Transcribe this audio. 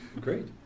Great